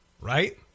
Right